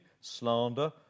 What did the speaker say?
slander